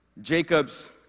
Jacob's